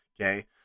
Okay